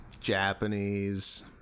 Japanese